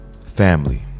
Family